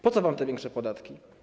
Po co wam te większe podatki?